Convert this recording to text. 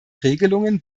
regelungen